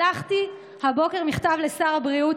שלחתי הבוקר מכתב לשר הבריאות,